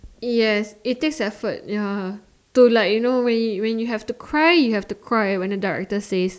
yes it takes effort ya to like you know when you when you have to cry you have to cry when the director says